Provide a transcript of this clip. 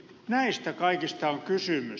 näistä kaikista on kysymys